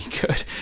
good